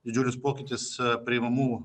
didžiulis pokytis priimamų